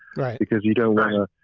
because you don't wanna,